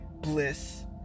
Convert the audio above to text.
bliss